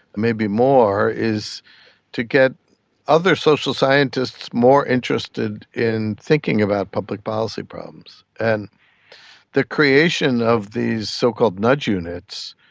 maybe more, is to get other social scientists more interested in thinking about public policy problems. and the creation of these so-called nudge units,